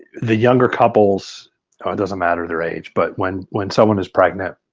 the younger couples. it doesn't matter their age but when when someone is pregnant,